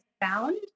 found